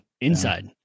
Inside